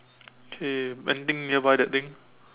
okay vending nearby that thing